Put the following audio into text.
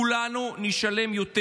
כולנו נשלם יותר,